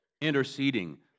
interceding